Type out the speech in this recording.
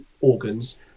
organs